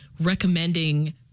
recommending